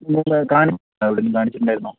എവിടെയെങ്കിലും കാണിച്ചിട്ടുണ്ടായിരുന്നോ